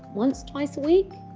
once, twice a week.